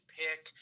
pick